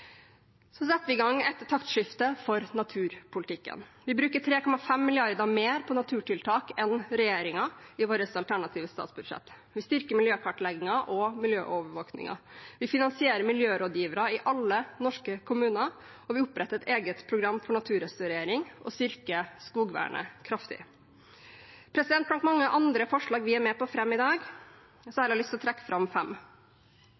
setter i gang et taktskifte for naturpolitikken. Vi bruker 3,5 mrd. kr mer på naturtiltak enn regjeringen i vårt alternative statsbudsjett. Vi styrker miljøkartleggingen og miljøovervåkingen. Vi finansierer miljørådgivere i alle norske kommuner, og vi oppretter et eget program for naturrestaurering og styrker skogvernet kraftig. Blant mange andre forslag vi er med på fremme i dag, har jeg lyst å trekke fram fem: